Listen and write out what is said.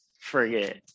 forget